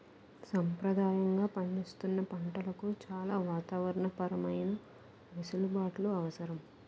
సంప్రదాయంగా పండిస్తున్న పంటలకు చాలా వాతావరణ పరమైన వెసులుబాట్లు అవసరం